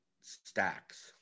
stacks